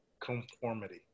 conformity